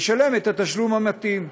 ישלם את התשלום המתאים.